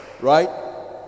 Right